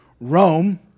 Rome